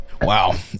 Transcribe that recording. Wow